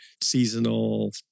seasonal